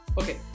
Okay